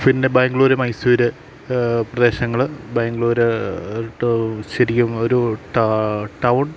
പിന്നെ ബാംഗ്ലൂര് മൈസൂര് പ്രദേശങ്ങൾ ബാംഗ്ലൂര് ശരിക്കും ഒരു ടൗൺ